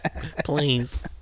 Please